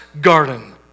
garden